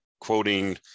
quoting